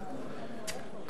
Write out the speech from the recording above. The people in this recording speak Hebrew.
תודה,